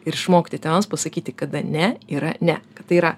ir išmokti tėvams pasakyti kada ne yra ne kad tai yra